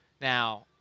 Now